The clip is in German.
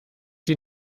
die